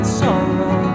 sorrow